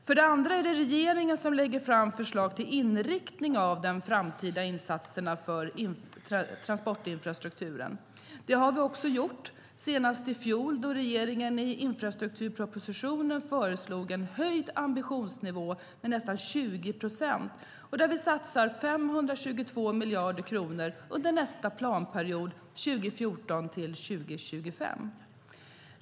För det andra är det regeringen som lägger fram förslag till inriktning av de framtida insatserna för transportinfrastrukturen. Det har vi också gjort, senast i fjol då regeringen i infrastrukturpropositionen föreslog en höjd ambitionsnivå med nästan 20 procent och där vi satsar 522 miljarder kronor under nästa planperiod, 2014-2025.